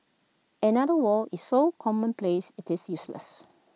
another world is so commonplace IT is useless